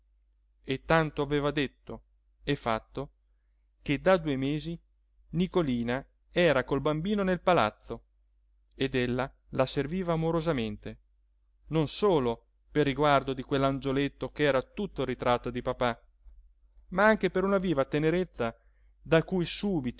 e tanto aveva detto e fatto che da due mesi nicolina era col bambino nel palazzo ed ella la serviva amorosamente non solo per riguardo di quell'angioletto ch'era tutto il ritratto di papà ma anche per una viva tenerezza da cui subito